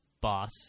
boss